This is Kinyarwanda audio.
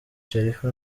sharifa